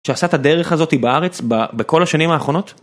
שעשה את הדרך הזאתי בארץ בכל השנים האחרונות?